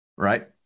Right